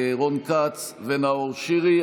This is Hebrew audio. רון כץ ונאור שירי.